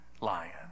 lion